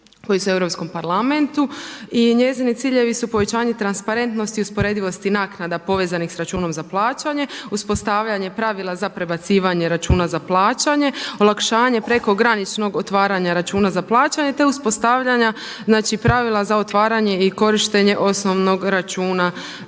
koji su u Europskom parlamentu i njezini ciljevi su povećanje transparentnosti i usporedivosti naknada povezanih sa računom za plaćanje, uspostavljanje pravila za prebacivanje računa za plaćanje, olakšavanje prekograničnog otvaranja računa za plaćanje, te uspostavljanja znači pravila za otvaranje i korištenje osnovnog računa za plaćanje.